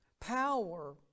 Power